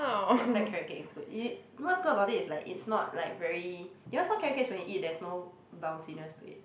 their black carrot cake is good you what's good about it is like it's not like very you know some carrot cakes when you eat there's no bounciness to it